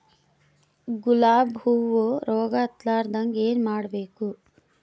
ಗುಲಾಬ್ ಹೂವು ರೋಗ ಹತ್ತಲಾರದಂಗ ಏನು ಮಾಡಬೇಕು?